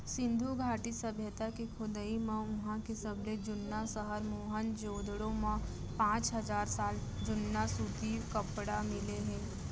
सिंधु घाटी सभ्यता के खोदई म उहां के सबले जुन्ना सहर मोहनजोदड़ो म पांच हजार साल जुन्ना सूती कपरा मिले हे